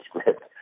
script